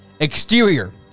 Exterior